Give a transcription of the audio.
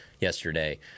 yesterday